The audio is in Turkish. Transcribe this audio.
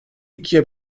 ikiye